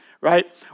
right